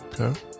Okay